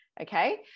okay